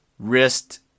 Wrist